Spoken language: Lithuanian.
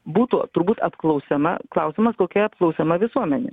būtų turbūt apklausiama klausimas kokia apklausiama visuomenė